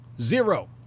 Zero